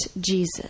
Jesus